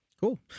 Cool